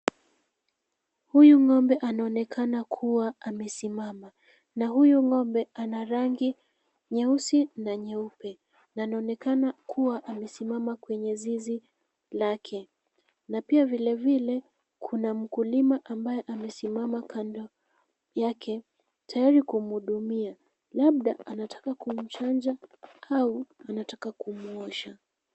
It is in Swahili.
Huyu ng'ombe anaonekana kuwa amesimama, na huyu ng'ombe ana rangi nyeusi na nyeupe, na anaonekana kuwa amesimama kwenye zizi lake. Na pia, vilevile kuna mkulima ambaye amesimama kando yake, tayari kumhudumia. Labda anataka kumchanja au anataka kumuosha.